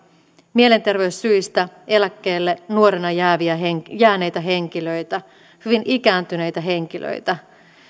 mielenterveyssyistä eläkkeelle nuorena jääneitä henkilöitä hyvin ikääntyneitä henkilöitä